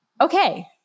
Okay